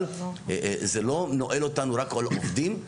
זה לא נועל אותנו רק עובדים,